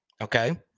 Okay